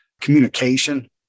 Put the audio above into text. communication